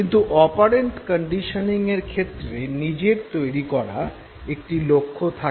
কিন্তু অপারেন্ট কন্ডিশনিঙের ক্ষেত্রে নিজের তৈরি করা একটি লক্ষ্য থাকে